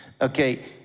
Okay